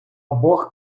бог